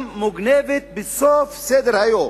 גם מוגנבת בסוף סדר-היום.